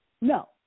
No